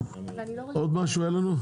עוד משהו היה לנו?